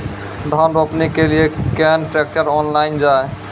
धान रोपनी के लिए केन ट्रैक्टर ऑनलाइन जाए?